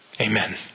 Amen